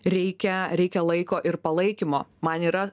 reikia reikia laiko ir palaikymo man yra